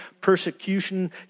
persecution